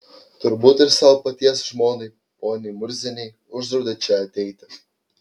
turbūt ir savo paties žmonai poniai murzienei uždraudė čia ateiti